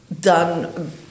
done